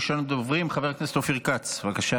ראשון הדוברים, חבר כנסת אופיר כץ, בבקשה,